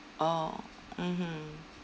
orh mmhmm